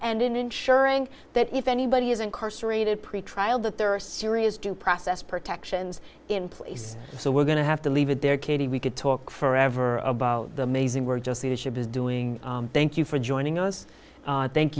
and ensuring that if anybody is incarcerated pretrial that there are serious due process protections in place so we're going to have to leave it there kitty we could talk forever about the mazy we're just leadership is doing thank you for joining us thank